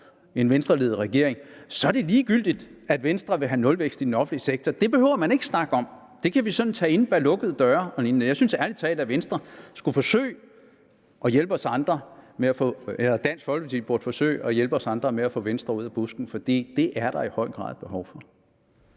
– en Venstreledet regering, så er det ligegyldigt, at Venstre vil have nulvækst i den offentlige sektor. Det behøver vi ikke at snakke om. Det kan vi sådan tage inde bag lukkede døre. Jeg synes ærlig talt, at Dansk Folkeparti burde forsøge at hjælpe os andre med at få Venstre ud af busken, for det er der i høj grad behov for.